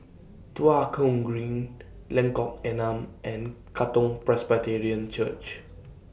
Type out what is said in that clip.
Tua Kong Green Lengkok Enam and Katong Presbyterian Church